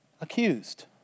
Accused